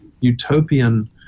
utopian